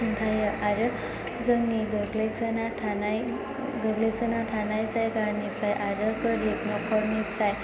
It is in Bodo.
खिन्थायो आरो जोंनि गोग्लैसोना थानाय गैग्लैसोना थानाय जायगानिफ्राय आरो गोरिब न'खरनिफ्राय